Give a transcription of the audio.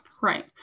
Right